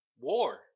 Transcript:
War